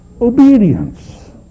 obedience